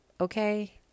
Okay